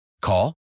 Call